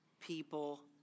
people